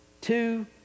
two